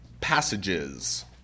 passages